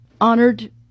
honored